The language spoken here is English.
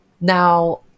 Now